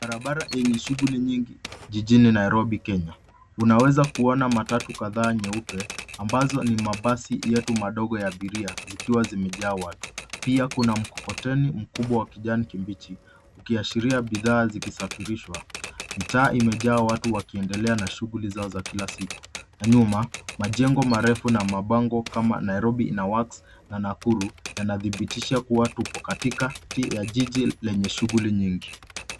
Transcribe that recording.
Barabara yenye shughuli nyingi jijini Nairobi, Kenya. Unaweza kuona matatu kadhaa nyeupe ambazo ni mabasi yetu madogo ya abiria zikiwa zimejaa watu. Pia kuna mkokoteni mkubwa wa kijani kibichi ukiashiria bidhaa zikisafirishwa. Mitaa imejaa watu wakiendelea na shughuli zao za kila siku. Na nyuma, majengo marefu na mabango kama Nairobi ina works na Nakuru yanadhibitisha kuwa tuko katikati ya jiji lenye shughuli nyingi.